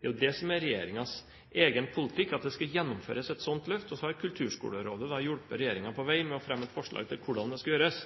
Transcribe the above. Det er jo det som er regjeringens egen politikk, at det skal gjennomføres et slikt løft, og så har Kulturskolerådet hjulpet regjeringen på vei ved å fremme et forslag til hvordan det skal gjøres.